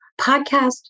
podcast